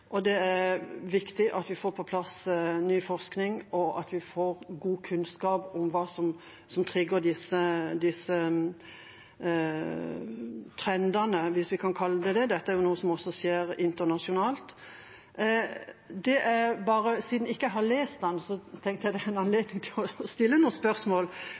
og det er viktig at vi får på plass ny forskning, og at vi får god kunnskap om hva som trigger disse trendene, hvis vi kan kalle det det. Dette er jo noe som også skjer internasjonalt. Siden jeg ikke har lest planen, tenkte jeg det er anledning til å stille noen spørsmål